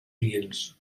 oients